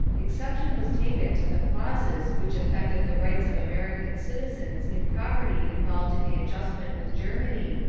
exception was taken to the clauses which affected the rights of american citizens in property involved in the adjustment with germany,